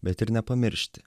bet ir nepamiršti